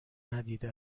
ندیده